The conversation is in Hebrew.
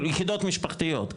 כאילו יחידות משפחתיות,